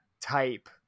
type